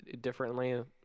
differently